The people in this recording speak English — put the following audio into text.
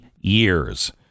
years